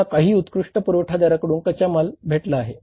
त्यांना काही उत्कृष्ट पुरवठादाराकडून कच्चा माल भेटला आहे